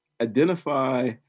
identify